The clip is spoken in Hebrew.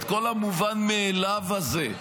את כל המובן מאליו הזה,